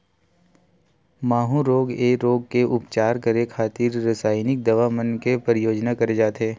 माहूँ रोग ऐ रोग के उपचार करे खातिर रसाइनिक दवा मन के परियोग करे जाथे